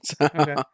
Okay